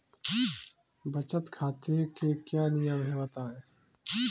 बचत खाते के क्या नियम हैं बताएँ?